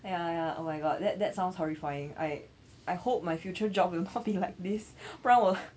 ya ya oh my god that that sounds horrifying I I hope my future job will not be like this 不然我